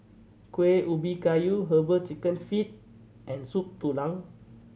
Kuih Ubi Kayu Herbal Chicken Feet and Soup Tulang